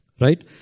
Right